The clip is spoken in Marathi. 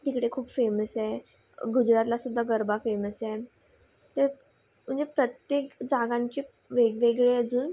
तिकडे खूप फेमस आहे गुजरातला सुद्धा गरबा फेमस आहे ते म्हणजे प्रत्येक जागांचे वेगवेगळे अजून